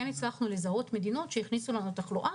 הצלחנו לזהות מדינות שהכניסו לנו תחלואה,